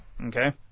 Okay